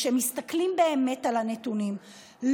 כשמסתכלים באמת על הנתונים,